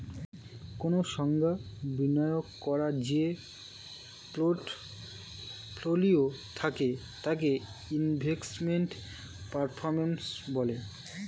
কোন সংস্থায় বিনিয়োগ করার যে পোর্টফোলিও থাকে তাকে ইনভেস্টমেন্ট পারফর্ম্যান্স বলে